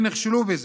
ונכשלו בזה.